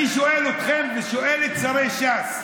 אני שואל אתכם ושואל את שרי ש"ס,